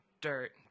dirt